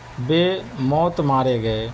بے موت مارے گئے